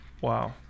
Wow